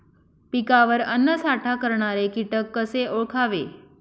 पिकावर अन्नसाठा करणारे किटक कसे ओळखावे?